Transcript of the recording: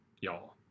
y'all